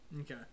Okay